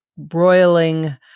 broiling